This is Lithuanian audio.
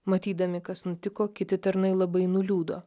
matydami kas nutiko kiti tarnai labai nuliūdo